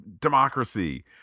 democracy